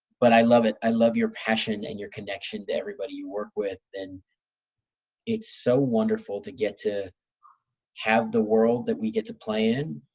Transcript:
but i love it, i love your passion, and your connection to everybody you work with. and it's so wonderful to get to have the world that we get to play in,